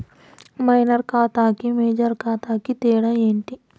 Minor ఖాతా కి major ఖాతా కి తేడా ఏంటి?